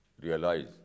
realize